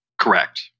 Correct